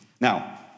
Now